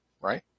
right